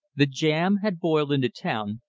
the jam had boiled into town,